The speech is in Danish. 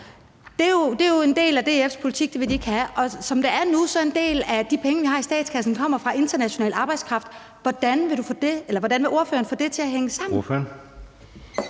Det er jo en del af DF's politik, at det vil de ikke have, og som det er nu, kommer en del af de penge, vi har i statskassen, fra international arbejdskraft. Hvordan vil ordføreren få det til at hænge sammen?